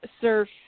surf